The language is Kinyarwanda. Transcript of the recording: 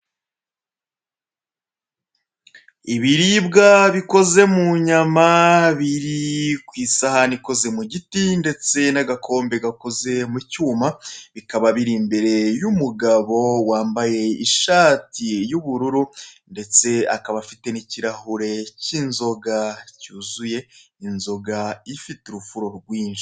Ibiribwa bikoze munyama biri kw' isahane ikoze mugiti ndetse n'agakombe gakoze mucyumba bikaba biri imbere yumugabo wambaye ishati yubururu, ndetse akaba afite nikirahure k' inzoga cyuzuye ,inzoga ifite urufuro ryinshi.